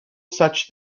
such